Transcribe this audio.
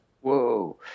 Whoa